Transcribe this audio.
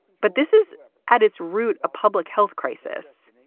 but this is at its root, a public health crisis,